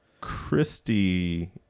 Christy